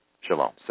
Shalom